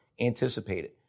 anticipated